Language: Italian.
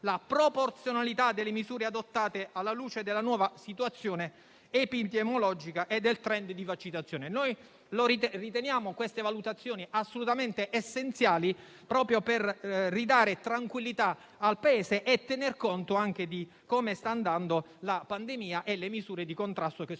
la proporzionalità delle misure adottate, alla luce della nuova situazione epidemiologica e del *trend* di vaccinazione. Riteniamo queste valutazioni assolutamente essenziali, proprio per ridare tranquillità al Paese e tener conto di come stanno andando la pandemia e le misure di contrasto messe